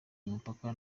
y’umupaka